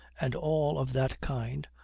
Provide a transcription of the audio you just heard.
and all of that kind,